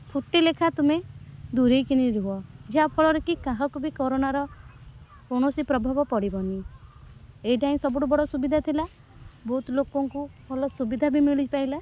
ଫୁଟେ ଲେଖାଏଁ ତୁମେ ଦୂରେଇ କରି ରୁହ ଯାହାଫଳରେ କି କାହାକୁ ବି କୋରୋନାର କୌଣସି ପ୍ରଭାବ ପଡ଼ିବନି ଏଇଟା ହିଁ ସବୁଠୁ ବଡ଼ ସୁବିଧା ଥିଲା ବହୁତ ଲୋକଙ୍କୁ ଭଲ ସୁବିଧା ବି ମିଳିପାଇଲା